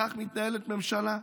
כך מתנהלת ממשלה?